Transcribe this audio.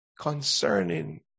concerning